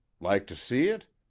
like to see it?